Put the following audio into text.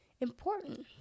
important